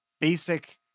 basic